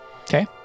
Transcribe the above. Okay